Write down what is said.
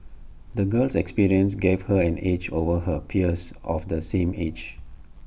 the girl's experiences gave her an edge over her peers of the same age